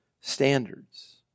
Standards